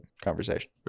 conversation